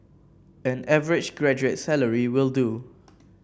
an average graduate's salary will do